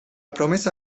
promesa